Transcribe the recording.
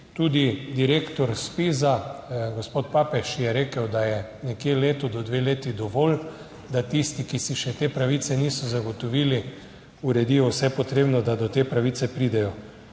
Tudi direktor ZPIZ, gospod Papež, je rekel, da je nekje leto do dve leti dovolj, da tisti, ki si še te pravice niso zagotovili, uredijo vse potrebno, da do te pravice pridejo.